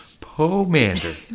Pomander